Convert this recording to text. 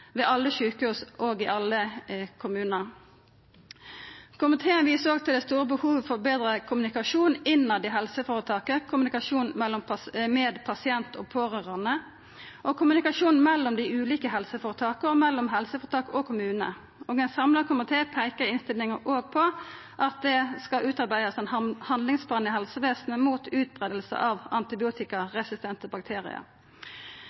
ved alle sjukehus og i alle kommunar. Komiteen viser òg til det store behovet for betre kommunikasjon innetter i helseføretaket, kommunikasjon med pasient og pårørande og kommunikasjon mellom dei ulike helseføretaka og mellom helseføretak og kommune. Ein samla komité peiker i innstillinga på at det skal utarbeidast ein handlingsplan i helsevesenet mot utbreiing av